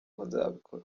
ndumva